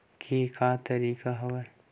के का तरीका हवय?